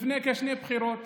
לפני כשתי בחירות